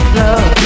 love